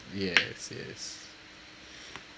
yes yes